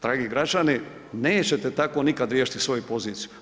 Dragi građani, nećete tako nikada riješiti svoju poziciju.